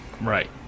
Right